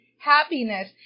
Happiness